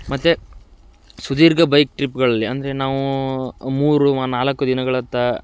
ಮತ್ತು ಸುದೀರ್ಘ ಬೈಕ್ ಟ್ರಿಪ್ಗಳಲ್ಲಿ ಅಂದರೆ ನಾವು ಮೂರು ನಾಲ್ಕು ದಿನಗಳತ್ತ